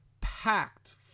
packed